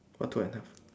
what now